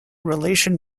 relation